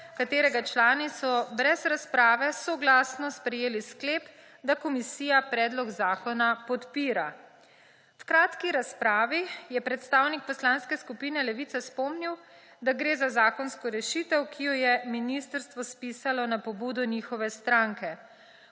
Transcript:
katere člani so brez razprave soglasno sprejeli sklep, da Komisija predlog zakona podpira. V kratki razpravi je predstavnik Poslanske skupine Levica spomnil, da gre za zakonsko rešitev, ki jo je ministrstvo spisalo na pobudo njihove stranke.